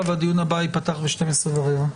בבקשה.